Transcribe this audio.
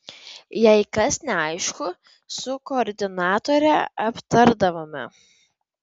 jei kas neaišku su koordinatore aptardavome